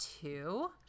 two